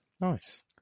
Nice